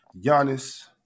Giannis